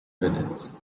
credits